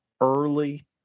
early